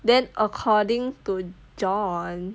then according to john